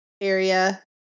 area